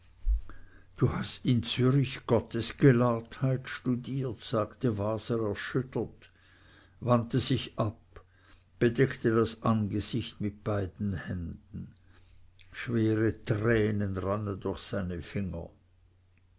du hast in zürich gottesgelahrtheit studiert sagte waser erschüttert wandte sich ab und bedeckte das angesicht mit beiden händen schwere tränen rannen durch seine finger